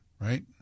Right